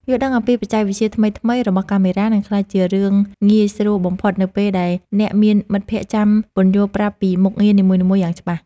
យល់ដឹងអំពីបច្ចេកវិទ្យាថ្មីៗរបស់កាមេរ៉ានឹងក្លាយជារឿងងាយស្រួលបំផុតនៅពេលដែលអ្នកមានមិត្តភក្តិចាំពន្យល់ប្រាប់ពីមុខងារនីមួយៗយ៉ាងច្បាស់។